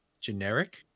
generic